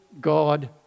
God